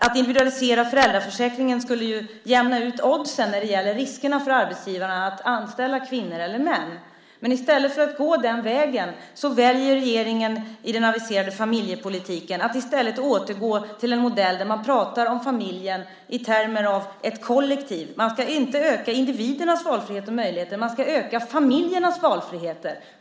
Att individualisera föräldraförsäkringen skulle jämna ut oddsen när det gäller riskerna för arbetsgivarna att anställa kvinnor eller män. Men i stället för att gå den vägen väljer regeringen i den aviserade familjepolitiken att återgå till en modell där man pratar om familjen i termer av ett kollektiv. Man ska inte öka individernas valfrihet och möjligheter utan man ska öka familjernas valfrihet.